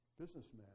businessman